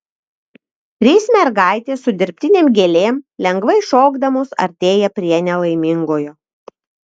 trys mergaitės su dirbtinėm gėlėm lengvai šokdamos artėja prie nelaimingojo